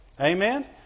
Amen